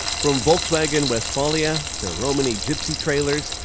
from volkswagen westfalia, to romani gypsy trailers,